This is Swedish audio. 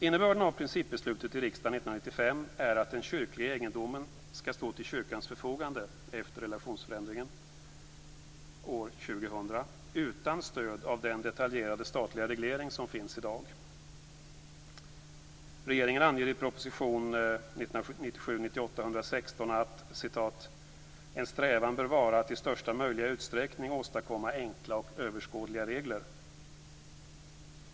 Innebörden av principbeslutet i riksdagen 1995 är att den kyrkliga egendomen skall stå till kyrkans förfogande efter relationsförändringen år 2000 utan stöd av den detaljerade statliga reglering som finns i dag. Regeringen anger i proposition 1997/98:116: "En strävan bör därför vara att i största möjliga utsträckning åstadkomma enkla och överskådliga regler".